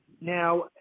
Now